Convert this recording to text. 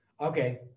Okay